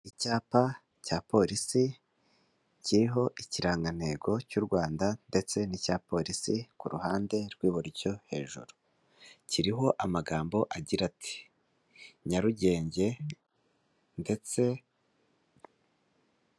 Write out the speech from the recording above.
Icyapa cya polisi kiriho ikirangantego cy'u Rwanda ndetse n'icya polisi ku ruhande rw'iburyo hejuru kiriho amagambo agira ati Nyarugenge ndetse.